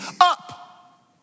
Up